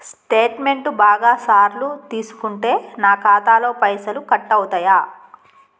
Statement బాగా సార్లు తీసుకుంటే నాకు ఖాతాలో పైసలు కట్ అవుతయా?